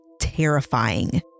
terrifying